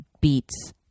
beats